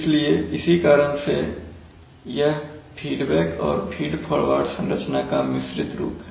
इसलिए इसी कारण से यह फीडबैक और फीड फॉरवर्ड संरचना का मिश्रित रूप है